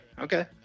Okay